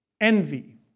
Envy